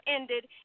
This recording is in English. ended